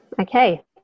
okay